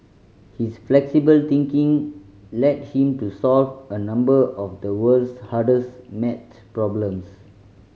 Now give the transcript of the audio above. his flexible thinking led him to solve a number of the world's hardest maths problems